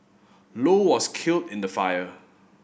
low was killed in the fire